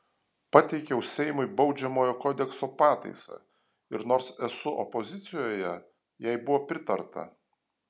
pateikiau seimui baudžiamojo kodekso pataisą ir nors esu opozicijoje jai buvo pritarta